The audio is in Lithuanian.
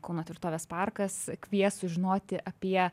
kauno tvirtovės parkas kvies sužinoti apie